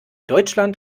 deutschland